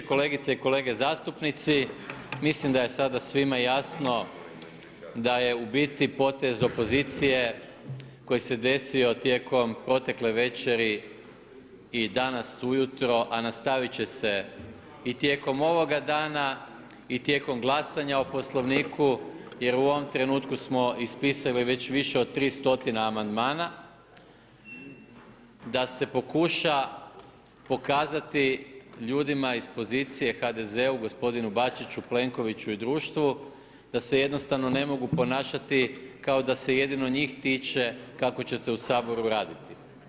Kolegice i kolega zastupnici, mislim da je sada svima jasno da je u biti potez opozicije koji se desio tijekom protekle večeri i danas ujutro, a nastavit će se i tijekom ovoga dana i tijekom glasanja o Poslovniku jer u ovom trenutku smo ispisali već više od 300 amandmana, da se pokuša pokazati ljudima iz pozicije HDZ-u, gospodinu Bačiću, Plenkoviću i društvu, da se jednostavno ne mogu ponašati kao da se jedino njih tiče kako će se u Saboru raditi.